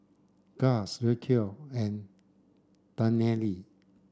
Gust Rocio and Danelle